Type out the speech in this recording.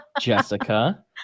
Jessica